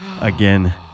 again